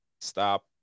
stop